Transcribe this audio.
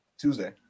Tuesday